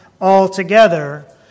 altogether